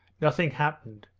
nothing happened,